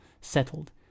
settled